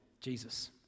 Jesus